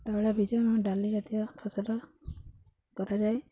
ତୈଳବୀଜ ଏବଂ ଡାଲି ଜାତୀୟ ଫସଲ କରାଯାଏ